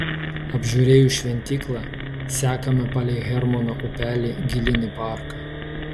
apžiūrėjus šventyklą sekame palei hermono upelį gilyn į parką